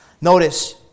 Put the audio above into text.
Notice